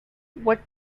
what